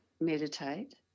meditate